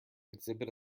exhibit